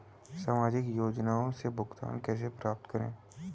सामाजिक योजनाओं से भुगतान कैसे प्राप्त करें?